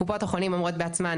קופות החולים אומרות בעצמן,